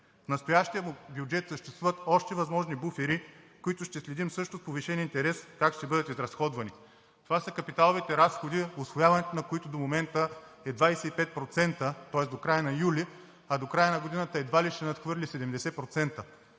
В настоящия бюджет съществуват още възможни буфери, които ще следим също с повишен интерес как ще бъдат изразходвани. Това са капиталовите разходи, усвояването на които до момента е 25%, тост до края на юли, а до края на годината едва ли ще надхвърли 70%,